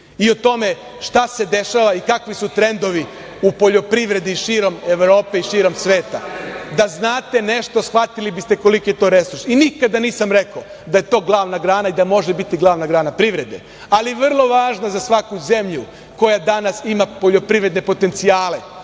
i o tome šta se dešava i kakvi su trendovi u poljoprivredi širom Evrope i širom sveta, da znate nešto, shvatili biste koliki je to resurs. I nikada nisam rekao da je to glavna grana i da može biti glavna grana privrede, ali vrlo važna za svaku zemlju koja danas ima poljoprivredne potencijale